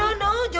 ah no,